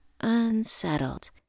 unsettled